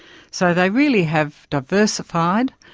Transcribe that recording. so they really have diversified,